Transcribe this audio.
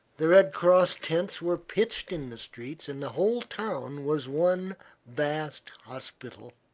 the red-cross tents were pitched in the streets and the whole town was one vast hospital.